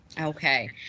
Okay